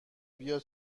بیا